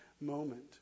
moment